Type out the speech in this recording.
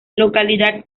localidad